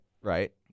right